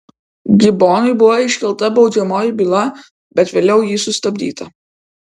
gibonui buvo iškelta baudžiamoji byla bet vėliau ji sustabdyta